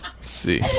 see